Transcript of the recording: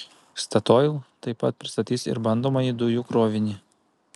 statoil taip pat pristatys ir bandomąjį dujų krovinį